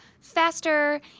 faster